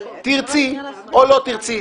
תרצי או לא תרצי,